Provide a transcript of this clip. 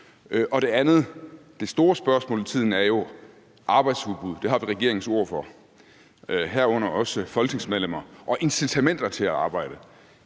Det næste er: Det store spørgsmål i tiden er jo arbejdsudbud – det har vi regeringens ord for, herunder også folketingsmedlemmer – og incitamenter til at arbejde.